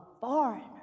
foreigner